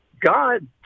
God